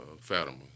fatima